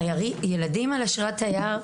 ילדים על אשרת תגייר,